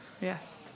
yes